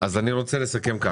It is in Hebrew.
רוצה לסכם.